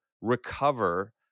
recover